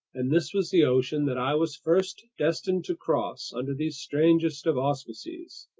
and this was the ocean that i was first destined to cross under these strangest of auspices.